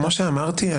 כמו שאמרתי,